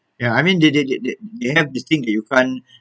ya I mean they they they they they have this thing that you can't